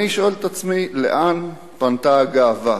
אני שואל את עצמי: לאן פנתה הגאווה,